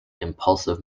impulsive